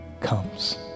comes